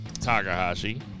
Takahashi